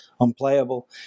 unplayable